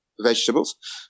vegetables